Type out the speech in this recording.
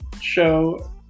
show